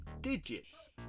digits